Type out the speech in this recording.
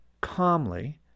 calmly